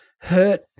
hurt